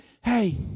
hey